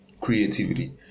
creativity